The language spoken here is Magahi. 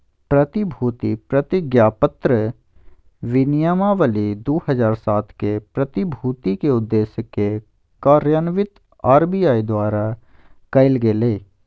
प्रतिभूति प्रतिज्ञापत्र विनियमावली दू हज़ार सात के, प्रतिभूति के उद्देश्य के कार्यान्वित आर.बी.आई द्वारा कायल गेलय